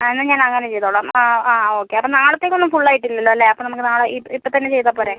ആ എന്നാൽ ഞാൻ അങ്ങനെ ചെയ്തോളാം ആ ആ ഓക്കെ അപ്പം നാളത്തേക്ക് ഒന്നും ഫുൾ ആയിട്ട് ഇല്ലല്ലൊ അല്ലേ അപ്പം നമുക്ക് നാളെ ഇപ്പം തന്നെ ചെയ്താൽ പോരെ